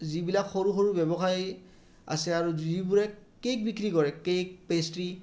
যিবিলাক সৰু সৰু ব্যৱসায় আছে আৰু যিবোৰে কেক বিক্ৰী কৰে কেক পেষ্ট্ৰী